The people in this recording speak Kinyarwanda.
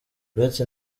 uretse